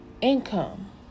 income